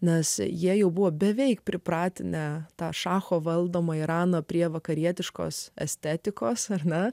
nes jie jau buvo beveik pripratinę tą šacho valdomą iraną prie vakarietiškos estetikos ar na